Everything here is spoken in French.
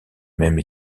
même